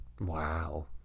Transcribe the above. Wow